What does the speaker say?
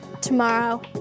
tomorrow